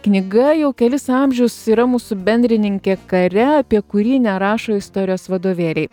knyga jau kelis amžius yra mūsų bendrininkė kare apie kurį nerašo istorijos vadovėliai